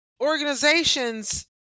organizations